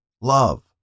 Love